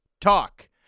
Talk